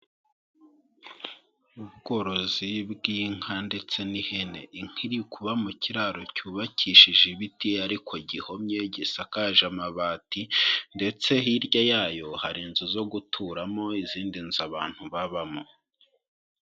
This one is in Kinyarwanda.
Ubworozi bw'inka ndetse n'ihene, inka iri kuba mu kiraro cyubakishije ibiti ariko gihomye gisakaje amabati ndetse hirya yayo hari inzu zo guturamo izindi nzu abantu babamo.